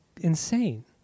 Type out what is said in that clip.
insane